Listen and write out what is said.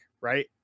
right